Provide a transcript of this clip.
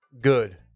good